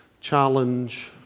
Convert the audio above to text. Challenge